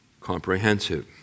comprehensive